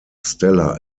stella